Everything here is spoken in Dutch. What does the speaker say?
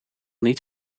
niet